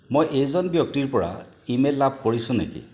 মই এইজন ব্যক্তিৰ পৰা ইমেইল লাভ কৰিছো নেকি